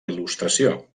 il·lustració